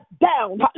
down